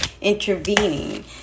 intervening